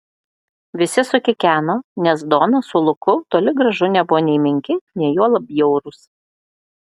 visi sukikeno nes donas su luku toli gražu nebuvo nei menki nei juolab bjaurūs